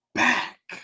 back